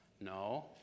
No